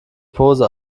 pose